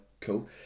cool